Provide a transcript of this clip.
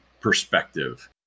perspective